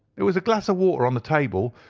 there was a glass of water on the table,